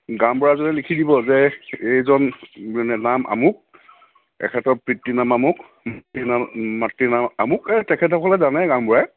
গাওঁবুঢ়াজনে লিখি দিব যে এইজন মানে নাম আমুক এখেতৰ পিতৃ নাম আমুক নাম মাতৃ নাম আমুক এই তেখেতসকলে জানে গাওঁবুঢ়াই